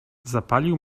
zapalił